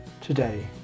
today